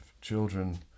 children